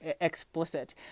explicit